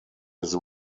his